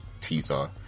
teaser